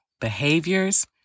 behaviors